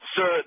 Sir